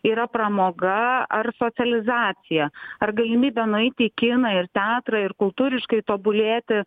yra pramoga ar socializacija ar galimybė nueiti į kiną ir teatrą ir kultūriškai tobulėti